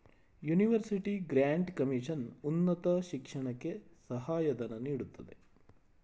university grant commission ಉನ್ನತ ಶಿಕ್ಷಣಕ್ಕೆ ಸಹಾಯ ಧನ ನೀಡುತ್ತದೆ